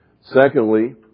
Secondly